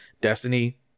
Destiny